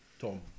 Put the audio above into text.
Tom